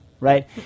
Right